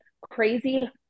crazy